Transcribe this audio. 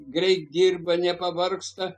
greit dirba nepavargsta